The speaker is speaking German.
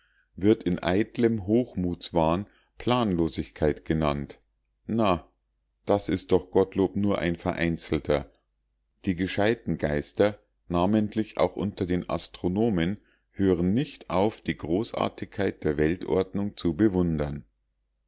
wird in eitlem hochmutswahn planlosigkeit genannt na das ist doch gottlob nur ein vereinzelter die gescheiten geister namentlich auch unter den astronomen hören nicht auf die großartigkeit der weltordnung zu bewundern